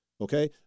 Okay